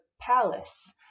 palace